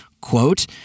Quote